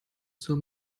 zur